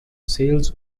sails